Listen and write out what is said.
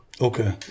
Okay